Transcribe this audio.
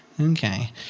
Okay